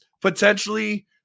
potentially